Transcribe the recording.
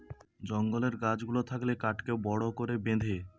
জঙ্গলের গাছ গুলা থাকলে কাঠকে বড় করে বেঁধে